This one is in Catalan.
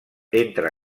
entra